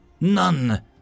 None